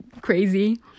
crazy